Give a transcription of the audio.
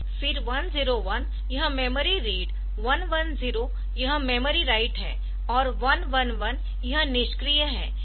फिर 1 0 1 यह memory read 1 1 0 यह मेमोरी राइट है और 1 1 1 यह निष्क्रिय है